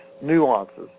nuances